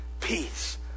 peace